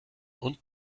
und